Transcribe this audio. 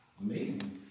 amazing